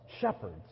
shepherds